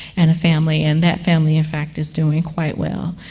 and a family, and that family, in fact, is doing quite well.